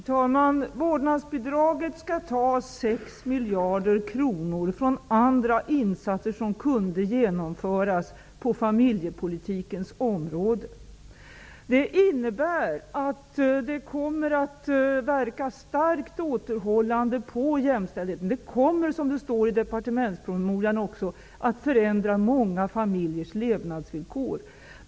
Herr talman! Vårdnadsbidraget skall ta 6 miljarder kronor från andra insatser som kunde genomföras på familjepolitikens område. Det kommer att verka starkt återhållande på jämställdheten. Det kommer, som det också står i departementspromemorian, att förändra många familjers levnadsvillkor.